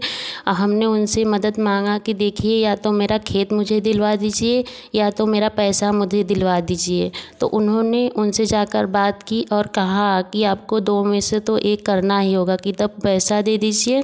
हमने उनसे मदद मांगा कि देखिये या तो मेरा खेत मुझे दिलवा दीजिए या तो मेरा पैसा मुझे दिलवा दीजिए तो उन्होंने उनसे जाकर बात की और कहा कि आपको दो में से तो एक करना ही होगा की तब पैसा दे दीजिए